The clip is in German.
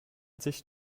sich